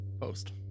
post